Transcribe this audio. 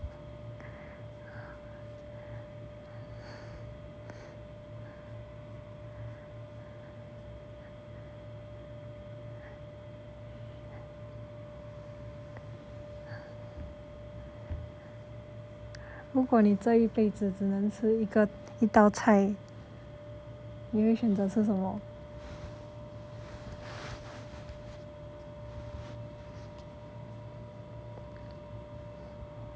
ya lor